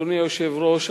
אדוני היושב-ראש,